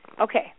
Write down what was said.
Okay